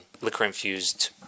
liquor-infused –